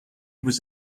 was